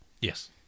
Yes